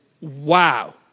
Wow